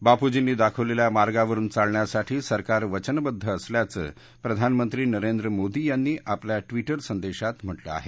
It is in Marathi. बापूजींनी दाखवलेल्या मार्गावरुन चालण्यासाठी सरकार वचनबद्ध असल्याचं प्रधानमंत्री नरेंद्र मोदी यांनी आपल्या ट्विटर संदेशात म्हटलं आहे